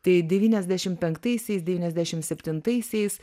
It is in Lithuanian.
tai devyniasdešim penktaisiais devyniasdešim septintaisiais